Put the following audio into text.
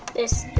is